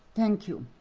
thank you,